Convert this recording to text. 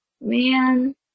man